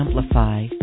amplify